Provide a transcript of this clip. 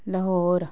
Lahore